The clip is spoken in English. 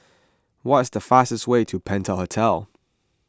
what is the fastest way to Penta Hotel